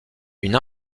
une